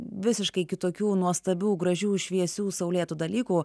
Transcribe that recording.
visiškai kitokių nuostabių gražių šviesių saulėtų dalykų